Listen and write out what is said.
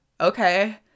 okay